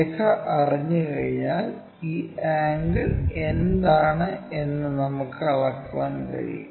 രേഖ അറിഞ്ഞുകഴിഞ്ഞാൽ ഈ ആംഗിൾ എന്താണ് എന്ന് നമുക്ക് അളക്കാൻ കഴിയും